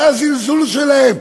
זה הזלזול שלהם,